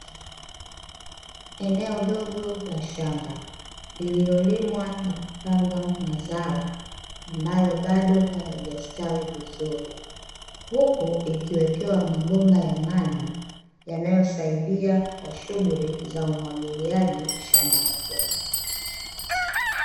Eneo dogo la shamba liliolimwa na kupandwa mazao ambayo bado hayajastawi vizuri. Huku ikiwekewa mabomba ya maji yanayosaidia kwa shughuli za umwagiliaji. Shambani hapo.